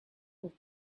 with